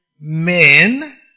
men